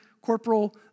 corporal